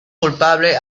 culpable